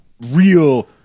real